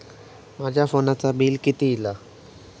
माझ्या फोनचा बिल किती इला?